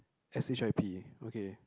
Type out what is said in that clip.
S_H_I_P okay